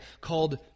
called